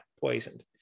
poisoned